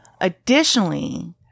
Additionally